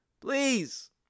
please